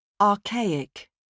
Archaic